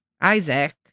Isaac